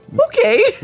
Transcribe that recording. okay